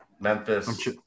Memphis